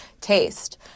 taste